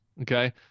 okay